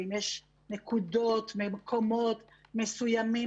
ואם יש נקודות ממקומות מסוימים,